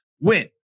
win